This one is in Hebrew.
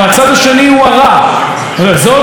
זאת אותה התבטאות שהיא יצאה נגדה,